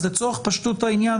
אז לצורך פשטות העניין,